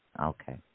Okay